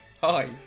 Hi